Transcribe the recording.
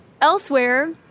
elsewhere